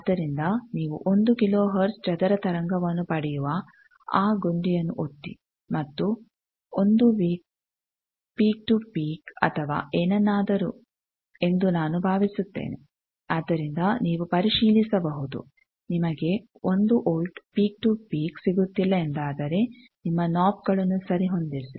ಆದ್ದರಿಂದ ನೀವು 1 kilohertz ಚದರ ತರಂಗವನ್ನು ಪಡೆಯುವ ಆ ಗುಂಡಿಯನ್ನು ಒತ್ತಿ ಮತ್ತು 1 ವಿ ಪೀಕ್ ಟು ಪೀಕ್ ಅಥವಾ ಏನನ್ನಾದರೂ ಎಂದು ನಾನು ಭಾವಿಸುತ್ತೇನೆ ಆದ್ದರಿಂದ ನೀವು ಪರಿಶೀಲಿಸಬಹುದು ನಿಮಗೆ 1 ವಿ ಪೀಕ್ ಟು ಪೀಕ್ ಸಿಗುತ್ತಿಲ್ಲ ಎಂದಾದರೆ ನಿಮ್ಮ ಕ್ನೋಬ್ಗಳನ್ನು ಸರಿಹೊಂದಿಸಿ